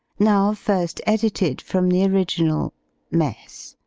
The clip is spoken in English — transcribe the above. now first edited from the original mss.